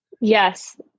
Yes